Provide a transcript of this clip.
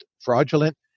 fraudulent